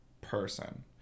person